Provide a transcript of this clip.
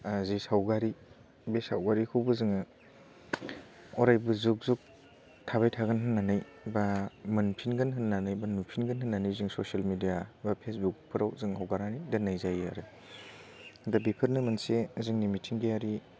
जे सावगारि बे सावगारिखौबो जोङो अरायबो जुग जुग थाबाय थागोन होननानै बा मोनफिनगोन होननानै बा नुफिनगोन होननानै जों ससियेल मिडिया बा फेसबुकफोराव जों हगारनानै दोननाय जायो आरो दा बेफोरनो मोनसे जोंनि मिथिंगायारि